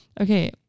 Okay